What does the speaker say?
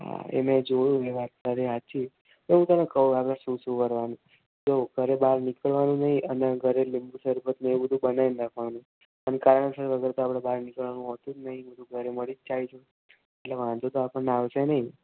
હા એ મેં જોયું એ વાત તારી સાચી પણ હું તને કહું આગળ શું શું કરવાનું જો ઘરે બહાર નીકળવાનું જ નહીં અને ઘરે લીંબુ શરબત ને એવું બધુ બનાવીને રાખવાનું અને કારણસર વગર તો આપણે બહાર નીકળવાનું હોતું જ નથી બધું ઘરે મળી જ જાય છે એટલે વાંધો તો આપણને આવશે નહીં